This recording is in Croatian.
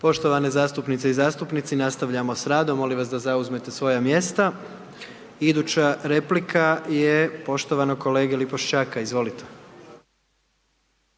Poštovane zastupnice i zastupnici, nastavljamo s radom, molim vas da zauzmete svoja mjesta, iduća replika je poštovanog kolege Lipošćaka, izvolite.